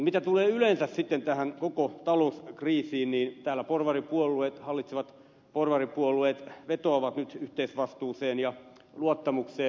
mitä tulee yleensä koko talouskriisiin niin täällä hallitsevat porvaripuolueet vetoavat nyt yhteisvastuuseen ja luottamukseen